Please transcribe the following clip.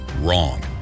Wrong